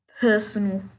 Personal